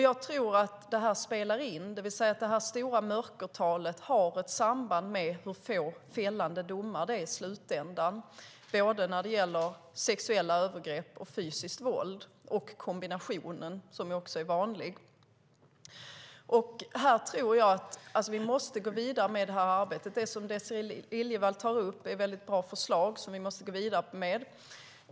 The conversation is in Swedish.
Jag tror att mörkertalet spelar in, att det stora mörkertalet har ett samband med att det i slutändan är få fällande domar när det gäller både sexuella övergrepp och fysiskt våld och kombinationen av dessa, som också är vanlig. Vi måste gå vidare med det här arbetet. Det som Désirée Liljevall tar upp är bra förslag som vi också måste gå vidare med.